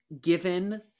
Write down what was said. given